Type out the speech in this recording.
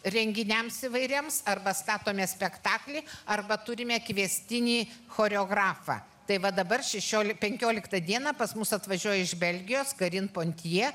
renginiams įvairiems arba statome spektaklį arba turime kviestinį choreografą tai va dabar šešioliktą penkioliktą dieną pas mus atvažiuoja iš belgijos karin pontjė